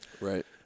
Right